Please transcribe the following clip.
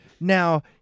Now